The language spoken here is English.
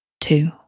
two